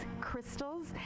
crystals